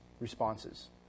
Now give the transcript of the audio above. responses